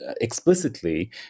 explicitly